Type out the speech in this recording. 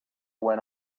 when